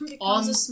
on